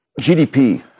GDP